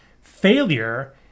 Failure